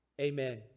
Amen